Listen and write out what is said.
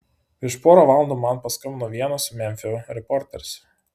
prieš porą valandų man paskambino vienas memfio reporteris